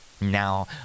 Now